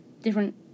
different